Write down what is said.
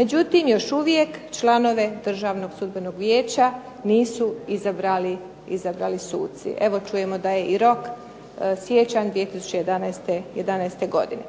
Međutim, još uvijek članove Državnog sudbenog vijeća nisu izabrali suci. Evo čujemo da je i rok siječanj 2011. godine.